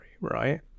right